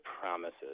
promises